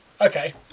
Okay